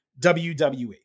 WWE